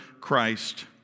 Christ